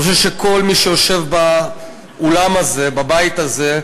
אני חושב שכל מי שיושב באולם הזה, בבית הזה,